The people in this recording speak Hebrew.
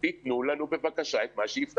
אבל אני מסכים אתך שבסך הכול